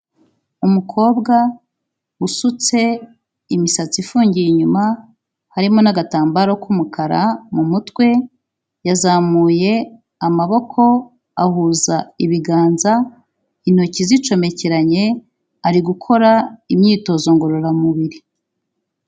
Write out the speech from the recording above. Umukobwa usutse imisatsi ifungiye inyuma, harimo n'agatambaro k'umukara mu mutwe, yazamuye amaboko ahuza ibiganza intoki zicomekeranye ari gukora imyitozo ngororamubiri.